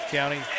County